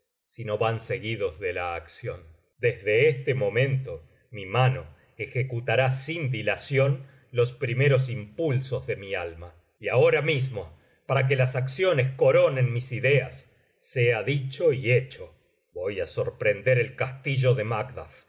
si no van seguidos de la acción desde este momento mi mano ejecutará sin dilación los primeros impulsos de mi alma y ahora mismo para que las acciones coronen mis ideas sea dicho y hecho voy á sorprender el castillo de